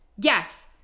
Yes